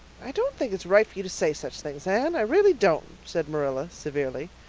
i don't think it's right for you to say such things, anne, i really don't, said marilla severely.